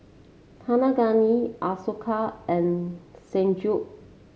Kaneganti Ashoka and Sanjeev